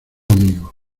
amigo